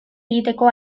egiteko